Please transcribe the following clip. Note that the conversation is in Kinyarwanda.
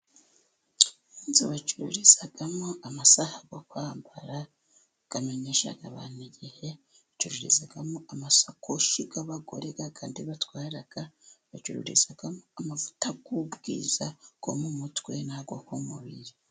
Inzu bacururizamo amasaha yo kwambara, amesha abantu igihe, bacururizamo amasakoshi y'abagore yayandi batwara, bacururiza amavuta yu'bwiza bwo mu mutwe, nayo ku mubiri.